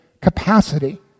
capacity